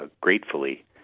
gratefully